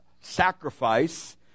sacrifice